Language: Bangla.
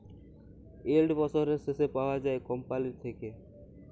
ইল্ড বসরের শেষে পাউয়া যায় কম্পালির থ্যাইকে